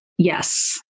Yes